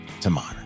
tomorrow